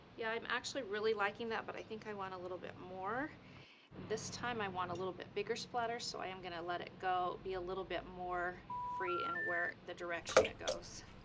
yeah, i'm actually really liking that, but i think i want a little bit more. and this time i want a little bit bigger splatter. so i am gonna let it go be a little bit more free and in the direction it goes.